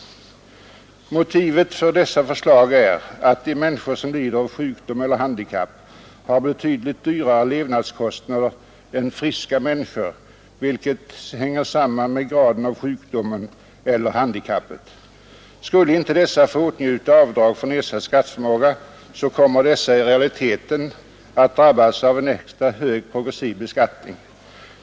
Motivet för dessa förslag är att de människor som lider av sjukdom eller handikapp har betydligt högre levnadskostnader än friska personer, vilket hänger samman med graden av sjukdomen eller handikappet. Skulle inte dessa få åtnjuta avdrag för nedsatt skatteförmåga, kommer de i realiteten att drabbas av en extra hög progressiv beskattning.